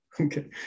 Okay